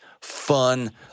fun